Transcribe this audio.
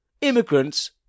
immigrants